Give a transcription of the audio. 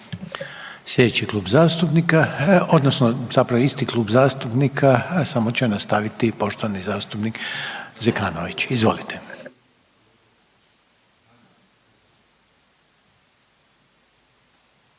Sljedeći klub zastupnika odnosno zapravo isti klub zastupnika samo će nastaviti poštovani zastupnik Zekanović. Izvolite.